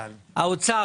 האוצר,